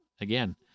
again